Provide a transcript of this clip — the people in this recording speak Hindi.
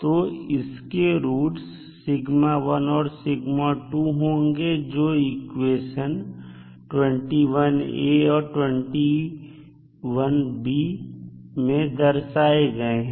तो इसके रूट्स और होंगे जो इक्वेशन 21a और 21 b मैं दर्शाए गए हैं